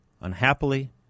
Unhappily